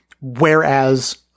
whereas